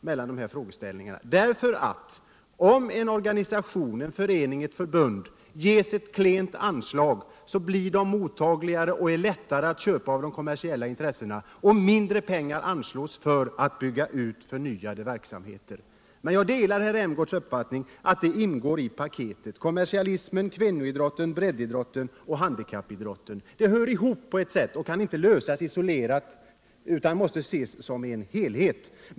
Om en förening eller ett förbund får ett klent anslag, blir den föreningen eller det förbundet mottagligare för de kommersiella intressenas erbjudanden och lättare att köpa. Ett klent anslag betyder också mindre pengar att anslå för att bygga ut nya verksamheter. Men jag delar herr Rämgårds uppfattning att detta ingår i paketet. Kommersialism, kvinnoidrott, breddidrott och handikappidrott hör ihop på något sätt, och de olika frågorna kan inte lösas isolerade utan måste betraktas som en helhet.